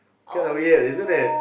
kind of weird isn't it